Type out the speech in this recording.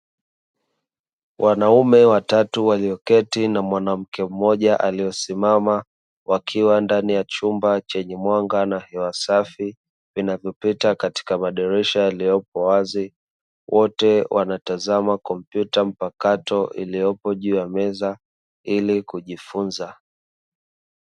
Wanaume watatu walioketi na mwanamke mmoja aliosimama, wakiwa ndani ya chumba chenye mwanga na hewa safi; vinavyopita katika madirisha yaliyopo wazi, wote wanatazama kompyuta mpakato iliyopo juu ya meza ili kujifunza.